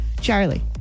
Charlie